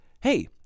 hey